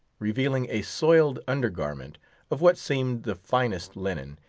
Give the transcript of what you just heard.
revealing a soiled under garment of what seemed the finest linen,